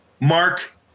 Mark